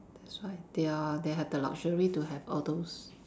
that's why they are they have the luxury to have all those